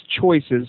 choices